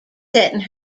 setting